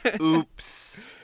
Oops